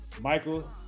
Michael